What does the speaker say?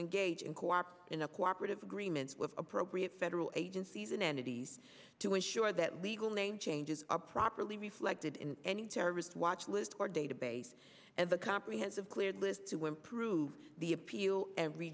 engage in co op in a cooperative agreements with appropriate federal agencies and entities to ensure that legal name changes are properly reflected in any terrorist watch list or database and the comprehensive cleared list to improve the appeal